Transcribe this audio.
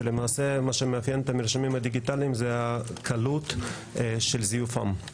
שלמעשה מה שמאפיין את המרשמים הדיגיטליים זו הקלות של זיופם.